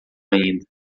ainda